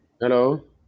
Hello